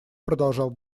продолжал